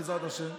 בעזרת השם.